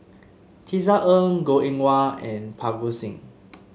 Tisa Ng Goh Eng Wah and Parga Singh